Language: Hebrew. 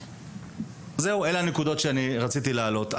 זהו, אלה הנקודות שרציתי להעלות.